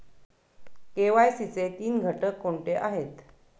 KYC चे तीन घटक कोणते आहेत?